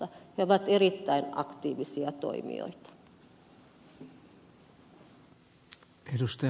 he ovat erittäin aktiivisia toimijoita